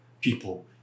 people